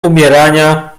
umierania